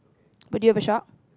but do you have a shark